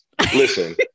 listen